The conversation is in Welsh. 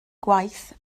gwaith